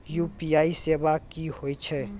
UPI सेवा की होय छै?